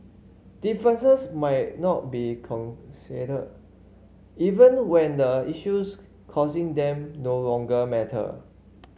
differences might not be consider even when the issues causing them no longer matter